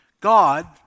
God